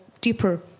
deeper